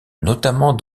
notamment